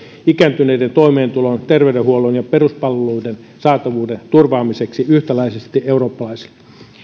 ikääntyneiden toimeentulon terveydenhuollon ja peruspalveluiden saatavuuden turvaamiseksi yhtäläisesti eurooppalaisille